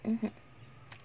mmhmm